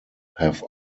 have